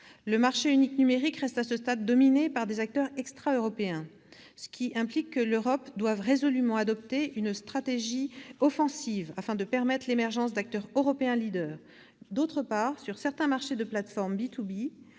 le marché unique numérique reste, à ce stade, dominé par des acteurs extraeuropéens, ce qui implique que l'Europe doit résolument adopter une stratégie offensive afin de permettre l'émergence d'acteurs européens leaders. D'autre part, sur certains marchés de plateformes,